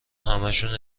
همشونو